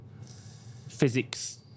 physics